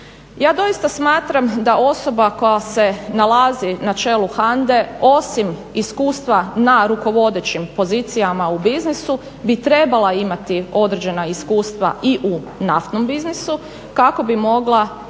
Ja doista smatram da osoba koja se nalazi na čelu HANDA-e osim iskustva na rukovodećim pozicijama u biznisu bi trebala imati određena iskustva i u naftnom biznisu kako bi mogla